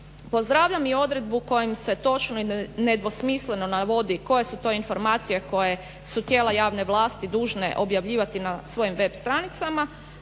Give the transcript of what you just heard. Pozdravljam i odredbu kojom se točno i nedvosmisleno navodi koje su to informacije koje su tijela javne vlasti dužne objavljivati na svojim web stranicama,